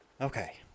Okay